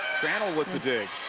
tranel with the dig.